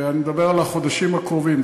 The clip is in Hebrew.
ואני מדבר על החודשים הקרובים,